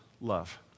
love